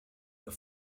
the